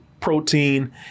protein